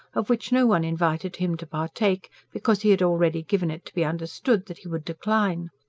of which no one invited him to partake, because he had already given it to be understood that he would decline.